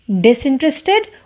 disinterested